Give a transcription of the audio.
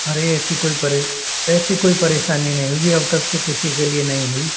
अरे ऐसी कोई परे ऐसी कोई परेशानी नहीं हुई अब तक तो किसी के लिए नहीं हुई